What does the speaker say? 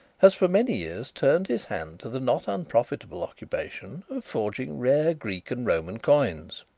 has for many years turned his hand to the not unprofitable occupation of forging rare greek and roman coins.